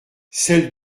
celle